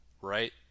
right